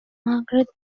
margaret